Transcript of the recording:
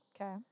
Okay